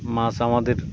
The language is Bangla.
মাছ আমাদের